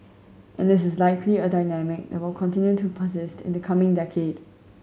and this is likely a dynamic that will continue to persist in the coming decade